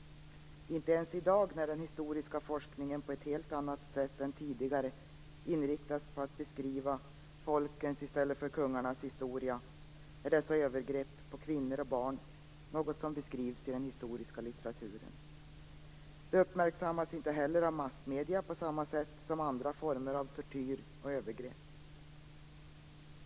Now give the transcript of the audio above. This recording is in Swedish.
Inte ens i dag, när den historiska forskningen på ett helt annat sätt än tidigare inriktas på att beskriva folkens i stället för kungarnas historia, är dessa övergrepp på kvinnor och barn något som beskrivs i den historiska litteraturen. De uppmärksammas inte heller av massmedier på samma sätt som andra former av tortyr och övergrepp.